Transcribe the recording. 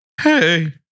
Hey